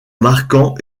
marquant